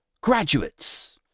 graduates